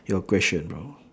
your question bro